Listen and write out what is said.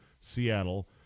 Seattle